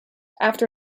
after